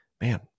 Man